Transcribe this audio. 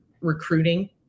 recruiting